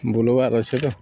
ବୁଲ୍ବାର୍ ଅଛେ ତ